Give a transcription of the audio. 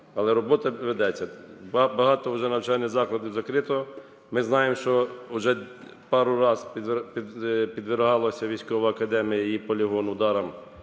але робота ведеться. Багато уже навчальних закладів закрито. Ми знаємо, що уже пару разів підвергалася військова академія, її полігон ударам